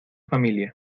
familia